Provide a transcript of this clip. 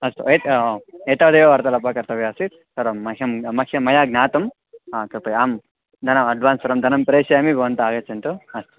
अस्तु एत् एतावदेव वार्तालापः कर्तव्यः आसीत् सर्वं मह्यं मह्यं मया ज्ञातं कृपया आं धनम् अड्वान्स् सर्वं धनं प्रेषयामि भवन्तः आगच्छन्तु अस्तु